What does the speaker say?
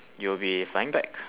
you'll be flying back